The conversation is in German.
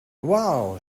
wow